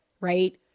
Right